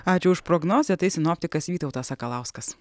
ačiū už prognozę tai sinoptikas vytautas sakalauskas